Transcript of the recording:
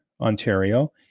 Ontario